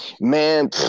Man